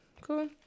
Cool